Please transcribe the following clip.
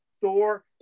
Thor